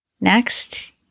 Next